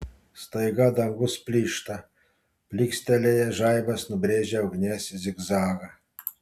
staiga dangus plyšta plykstelėjęs žaibas nubrėžia ugnies zigzagą